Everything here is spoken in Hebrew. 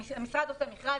המשרד עושה מכרז.